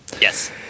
Yes